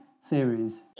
series